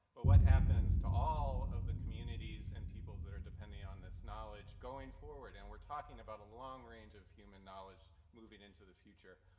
but what happens to all of the communities and peoples that are depending on this knowledge going forward? and we're talking about a long range of human knowledge moving into the future.